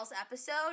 episode